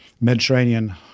Mediterranean